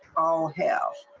all hail.